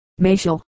Machel